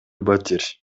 батир